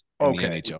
Okay